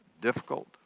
difficult